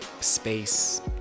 space